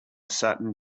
saturn